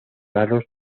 raros